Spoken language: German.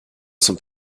zum